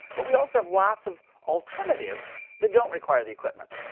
but we also have lots of alternatives that don't require the equipment.